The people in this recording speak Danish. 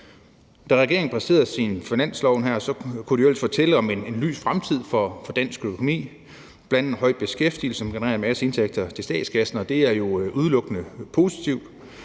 Da regeringen præsenterede sin finanslov, kunne de ellers fortælle om en lys fremtid for dansk økonomi, bl.a. høj beskæftigelse, som genererer en masse indtægter til statskassen, og det er jo udelukkende positivt,